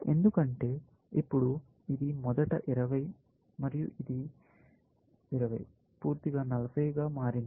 ఎందుకంటే ఇప్పుడు ఇది మొదట 20 మరియు ఇది 15 5 20 40 గా మారింది